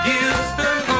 Houston